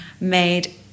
made